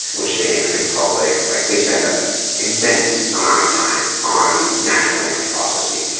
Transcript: which they make pretty public, like they spend the immense amount of time on natural language processing.